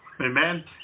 Amen